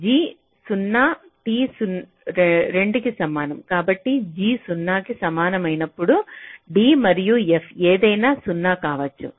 g 0 t 2 కి సమానం కాబట్టి g 0 కి సమానమైనప్పుడు d మరియు f ఏదైనా 0 కావచ్చు